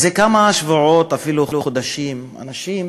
זה כמה שבועות, אפילו חודשים, אנשים